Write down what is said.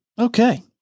Okay